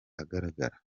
ahagaragara